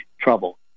trouble